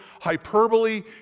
hyperbole